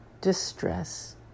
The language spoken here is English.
distress